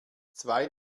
zwei